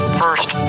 first